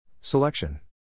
Selection